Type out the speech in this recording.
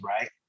right